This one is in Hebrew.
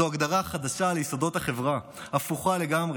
זו הגדרה חדשה ליסודות החברה, הפוכה לגמרי.